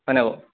হয় নাই বাৰু